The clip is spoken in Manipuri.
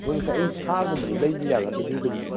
ꯑꯩꯈꯣꯏ ꯉꯁꯥꯏ ꯑꯩ ꯁꯥꯒꯨꯝꯕꯁꯦ ꯂꯩꯕ ꯌꯥꯒꯗ꯭ꯔꯥ ꯖꯨꯗꯒꯤꯁꯦ